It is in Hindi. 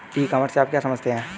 ई कॉमर्स से आप क्या समझते हैं?